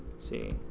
see,